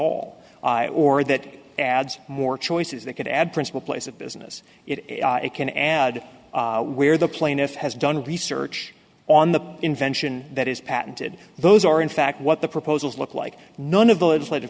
all or that adds more choices that could add principal place of business it can add where the plaintiff has done research on the invention that is patented those are in fact what the proposals look like none of the legislative